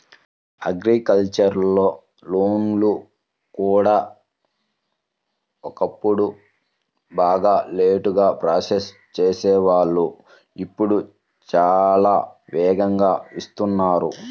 agricultural లోన్లు కూడా ఒకప్పుడు బాగా లేటుగా ప్రాసెస్ చేసేవాళ్ళు ఇప్పుడు చాలా వేగంగా ఇస్తున్నారు